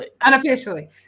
unofficially